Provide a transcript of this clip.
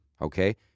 okay